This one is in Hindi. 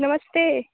नमस्ते